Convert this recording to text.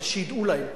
אבל שידעו להם,